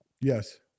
Yes